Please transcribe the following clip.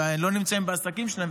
ולא נמצאים בעסקים שלהם,